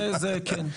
כן.